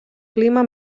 clima